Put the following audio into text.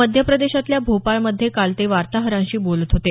मध्य प्रदेशातल्या भोपाळमध्ये काल ते वार्ताहारांशी बोलत होते